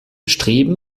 streben